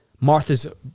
Martha's